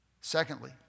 Secondly